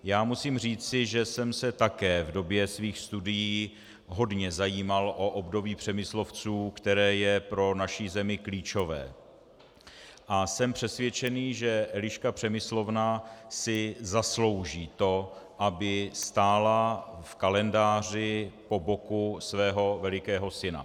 Já musím říci, že jsem se také v době svých studií hodně zajímal o období Přemyslovců, které je pro naši zemi klíčové, a jsem přesvědčený, že Eliška Přemyslovna si zaslouží to, aby stála v kalendáři po boku svého velikého syna.